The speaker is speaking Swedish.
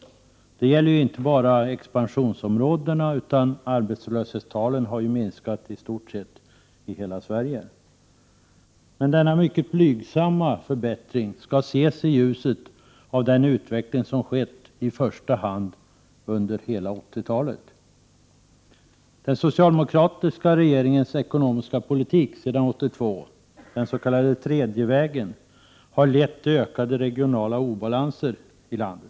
Detta gäller inte bara expansionsområdena i landet, utan arbetslöshetstalen har minskat i stort sett i hela landet. Men denna mycket blygsamma förbättring skall ses i ljuset av den utveckling som skett i första hand under hela 80-talet. Den socialdemokratiska regeringens ekonomiska politik sedan 1982, den s.k. tredje vägen, harlett till ökade regionala obalanser i landet.